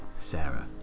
sarah